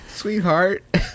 Sweetheart